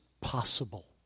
possible